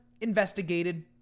investigated